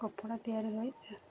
କପଡ଼ା ତିଆରି ହୋଇ